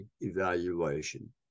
evaluation